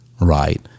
right